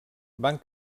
van